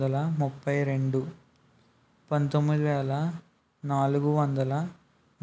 పదిహేడు ఎనిమిది రెండు వేల రెండు